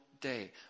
day